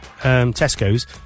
Tesco's